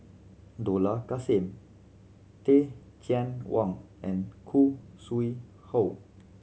Dollah Kassim Teh Cheang Wan and Khoo Sui Hoe